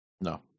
No